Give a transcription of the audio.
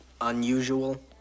unusual